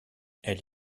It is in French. elle